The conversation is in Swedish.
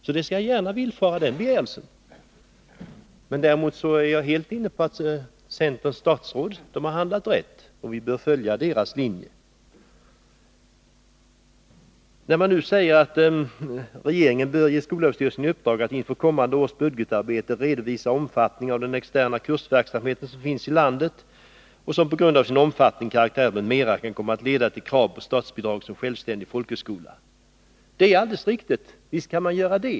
Den begäran från Stig Alemyr om kritik villfar jag gärna. Däremot är jag helt inne på att centerns statsråd har handlat rätt. Vi bör följa deras linje. Utskottet säger att ”regeringen bör ge SÖ i uppdrag att inför kommande års budgetarbete redovisa omfattningen av den externa kursverksamhet som finns ilandet och som på grund av sin omfattning, karaktär m.m. kan komma att leda till krav på statsbidrag som självständig folkhögskola”. Det är alldeles riktigt — visst kan man göra så.